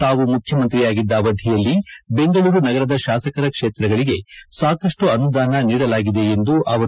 ತಾವು ಮುಖ್ಯಮಂತ್ರಿಯಾಗಿದ್ದ ಅವಧಿಯಲ್ಲಿ ಬೆಂಗಳೂರು ನಗರದ ಶಾಸಕರ ಕ್ಷೇತ್ರಗಳಿಗೆ ಸಾಕಷ್ಟು ಅನುದಾನ ನೀಡಲಾಗಿದೆ ಎಂದರು